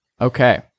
okay